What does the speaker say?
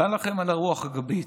תודה לכם על הרוח הגבית,